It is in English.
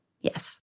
yes